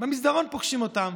במסדרון פוגשים אותם,